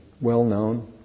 well-known